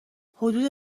حدود